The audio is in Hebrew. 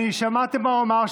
אתה שמעת מה הוא אמר?